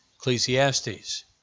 Ecclesiastes